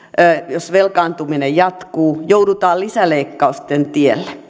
jos velkaantuminen jatkuu joudutaan lisäleikkausten tielle